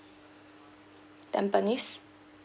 tampines